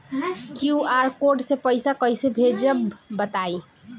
QR code से पईसा कईसे भेजब बताई?